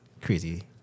crazy